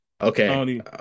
Okay